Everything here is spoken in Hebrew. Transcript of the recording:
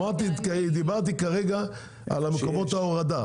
דיברתי כרגע על מקומות ההורדה,